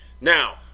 Now